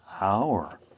hour